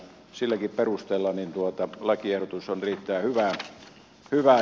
silläkin perusteella lakiehdotus on erittäin hyvä